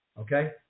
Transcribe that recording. okay